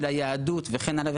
היהדות וכן הלאה,